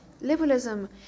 Liberalism